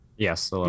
Yes